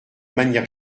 manière